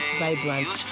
vibrant